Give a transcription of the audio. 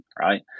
right